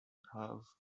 have